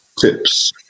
tips